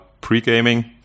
pre-gaming